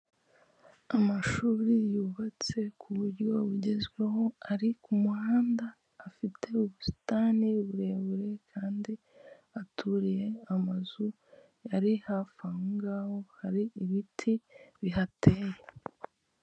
Amashuri yubatse ku buryo bugezweho ari ku muhanda, afite ubusitani burebure kandi aturiye amazu ari hafi ahongaho hari ibiti bihateye.